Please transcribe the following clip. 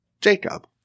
Jacob